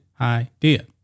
idea